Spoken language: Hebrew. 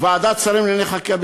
ועדת שרים לענייני חקיקה,